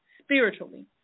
spiritually